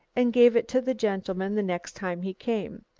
and gave it to the gentleman the next time he came.